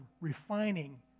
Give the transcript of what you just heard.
refining